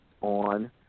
on